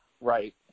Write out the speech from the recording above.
right